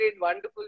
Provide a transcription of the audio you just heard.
wonderful